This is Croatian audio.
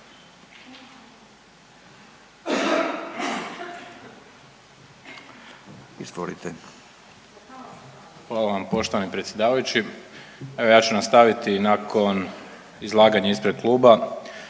suverenisti)** Hvala vam poštovani predsjedavajući. Evo ja ću nastaviti nakon izlaganja ispred kluba,